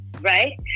right